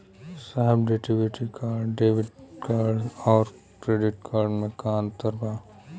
साहब debit card और credit card में का अंतर बा?